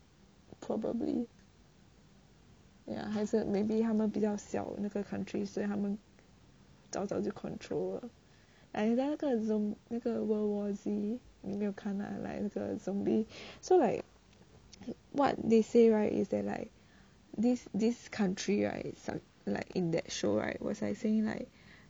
probably ya 还是 maybe 他们比较小那个 countries 所以他们早早就 control !aiya! 那个那个 world war z 你没有看那个 zombie so like what they say right is that like this this country right like in that show right was like saying like